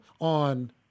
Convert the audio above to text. on